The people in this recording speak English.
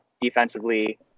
defensively